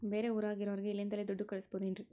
ಬೇರೆ ಊರಾಗಿರೋರಿಗೆ ಇಲ್ಲಿಂದಲೇ ದುಡ್ಡು ಕಳಿಸ್ಬೋದೇನ್ರಿ?